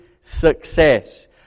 success